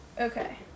Okay